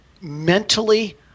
mentally